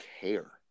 care